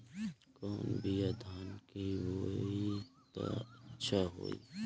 कौन बिया धान के बोआई त अच्छा होई?